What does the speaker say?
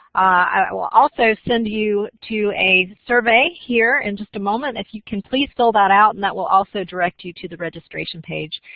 i will also send you to a survey here in just a moment if you can please fill that out and that will also direct you to the registration page.